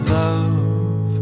love